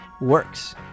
works